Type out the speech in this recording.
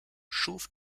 schuf